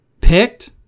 picked